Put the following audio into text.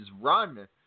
run